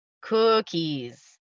Cookies